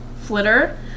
Flitter